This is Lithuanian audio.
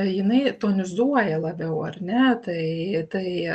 jinai tonizuoja labiau ar ne tai tai